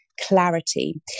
Clarity